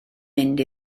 mynd